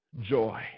joy